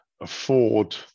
afford